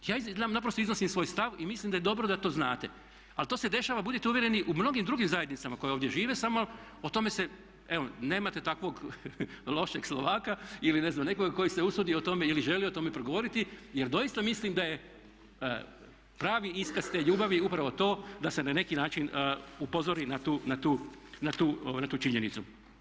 Ja naprosto iznosim svoj stav i mislim da je dobro da to znate, ali to se dešava budite uvjereni u mnogim drugim zajednicama koje ovdje žive samo o tome se, evo nemate takvog lošeg slovaka ili ne znam nekoga koji se usudio o tome ili želi o tome progovoriti jer doista mislim da je pravi iskaz te ljubavi upravo to da se na neki način upozori na tu činjenicu.